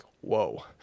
whoa